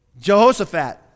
Jehoshaphat